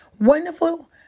wonderful